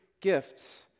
gifts